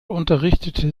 unterrichtete